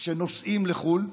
שנוסעים לחו"ל?